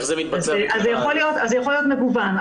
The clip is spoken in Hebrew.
אם כן, זה יכול להיות מגוון.